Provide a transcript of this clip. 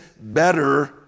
better